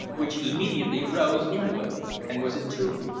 which immediately rose into it and was entombed.